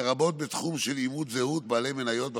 לרבות בתחום של אימות זהות בעלי מניות בחברה.